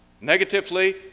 negatively